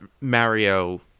Mario